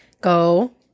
go